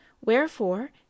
Wherefore